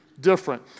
different